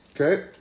Okay